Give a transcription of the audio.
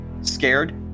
scared